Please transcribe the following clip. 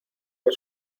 que